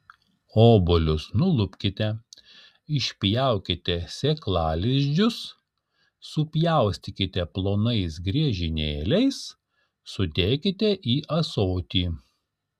obuolius nulupkite išpjaukite sėklalizdžius supjaustykite plonais griežinėliais sudėkite į ąsotį